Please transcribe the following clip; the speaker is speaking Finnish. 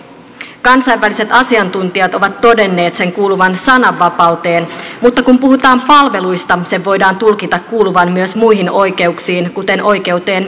kansainväliset asiantuntijat ovat todenneet sen kuuluvan sananvapauteen mutta kun puhutaan palveluista sen voidaan tulkita kuuluvan myös muihin oikeuksiin kuten oikeuteen yksityiselämään